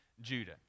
Judah